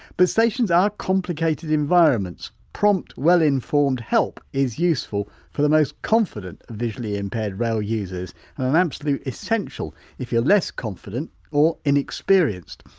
but stations are complicated environments, prompt well informed help is useful for the most confident of visually impaired rail users and an absolute essential if you're less confident or inexperienced.